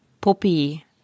Poppy